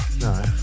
No